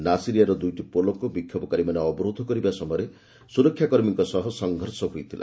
ନାସିରିୟାର ଦୁଇଟି ପୋଲକୁ ବିକ୍ଷୋଭକାରୀମାନେ ଅବରୋଧ କରିବା ସମୟରେ ସୁରକ୍ଷା କର୍ମୀଙ୍କ ସହ ସଂଘର୍ଷ ହୋଇଥିଲା